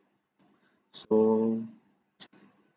so